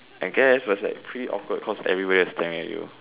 I guess but it's like pretty awkward cause everybody is staring at you